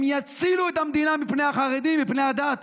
הם יצילו את המדינה מפני החרדים, מפני הדת.